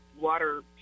water